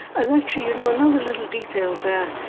and, actually, you know, another little detail there,